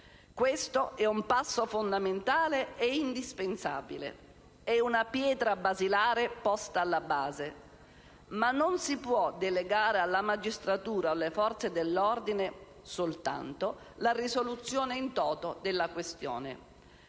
Questo è un passo fondamentale e indispensabile. È una pietra basilare posta alla base, ma non si può delegare alla magistratura o alle Forze dell'ordine soltanto la risoluzione *in toto* della questione.